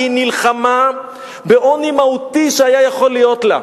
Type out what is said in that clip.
נלחמה בעוני מהותי שיכול היה להיות לה,